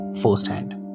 firsthand